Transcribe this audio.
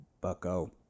bucko